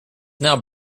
now